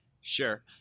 Sure